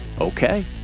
Okay